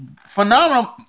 phenomenal